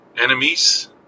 enemies